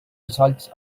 results